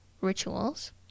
rituals